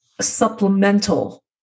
supplemental